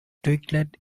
twiglet